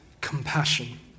compassion